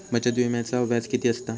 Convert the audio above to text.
बचत विम्याचा व्याज किती असता?